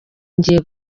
ngiye